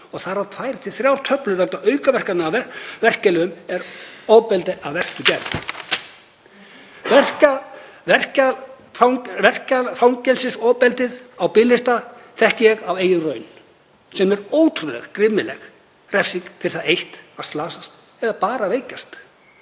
til þrjár töflur vegna aukaverkana af verkjalyfjum er ofbeldi af verstu gerð. Verkjafangelsisofbeldið á biðlista þekki ég af eigin raun, sem er ótrúlega grimmileg refsing fyrir það eitt að slasast eða bara veikjast,